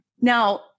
Now